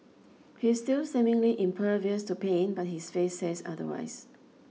he's still seemingly impervious to pain but his face says otherwise